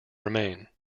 remain